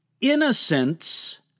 innocence